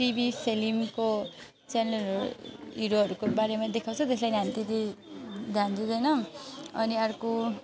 TV फिल्मको च्यानलहरू हिरोहरूको बारेमा देखाउँछ त्यसलाई हामी त्यति ध्यान दिँदैनौँ अनि अर्को